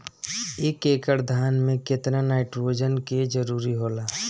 एक एकड़ धान मे केतना नाइट्रोजन के जरूरी होला?